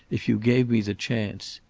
if you gave me the chance.